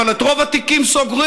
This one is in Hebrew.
אבל את רוב התיקים סוגרים.